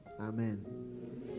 amen